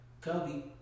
Kobe